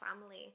family